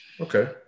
Okay